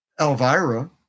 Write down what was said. Elvira